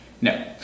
no